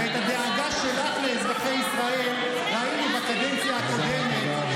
ואת הדאגה שלך לאזרחי ישראל ראינו בקדנציה הקודמת,